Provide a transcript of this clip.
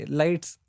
lights